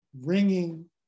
ringing